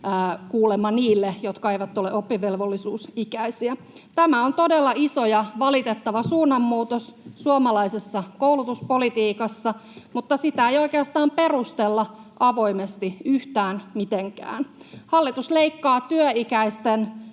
kuulemma, niille, jotka eivät ole oppivelvollisuusikäisiä. Tämä on todella iso ja valitettava suunnanmuutos suomalaisessa koulutuspolitiikassa, mutta sitä ei oikeastaan perustella avoimesti yhtään mitenkään. Hallitus leikkaa työikäisten